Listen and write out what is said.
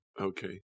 Okay